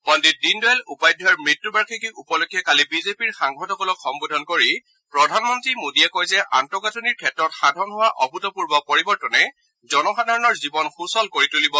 পণ্ডিত দীনদয়াল উপাধ্যায়ৰ মৃত্যুবাৰ্যিকী উপলক্ষে কালি বিজেপিৰ সাংসদসকলক সম্বোধন কৰি প্ৰধানমন্ত্ৰী মোদীয়ে কয় যে আন্তঃগাঁথনি ক্ষেত্ৰত সাধন হোৱা অভূতপূৰ্ব পৰিৱৰ্তনে জনসাধাৰণৰ জীৱন সূচল কৰি তলিব